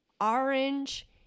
orange